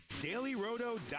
DailyRoto.com